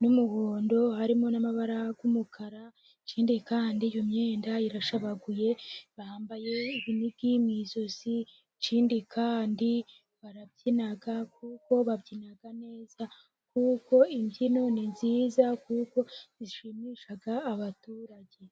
n'umuhondo, harimo n'amabara y'umukara, ikindi kandi iyo myenda irashabaguye, bambaye inigi mu ijosi, ikindi kandi barabyina, kuko babyina neza, kuko imbyino ni nziza, kuko zishimisha abaturage.